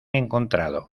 encontrado